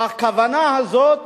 הכוונה הזאת